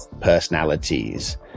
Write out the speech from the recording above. personalities